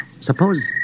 Suppose